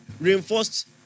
reinforced